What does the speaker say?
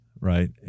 right